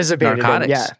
narcotics